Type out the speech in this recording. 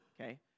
okay